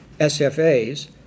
SFAs